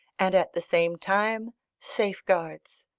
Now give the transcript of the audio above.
and at the same time safeguards!